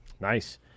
Nice